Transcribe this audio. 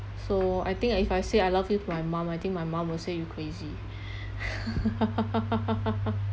so I think if I say I love you to my mum I think my mum will say you crazy